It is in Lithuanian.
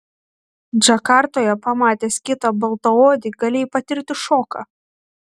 džakartoje pamatęs kitą baltaodį galėjai patirti šoką